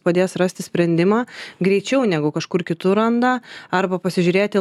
padės rasti sprendimą greičiau negu kažkur kitur randa arba pasižiūrėti